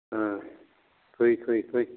ओ फै फै फै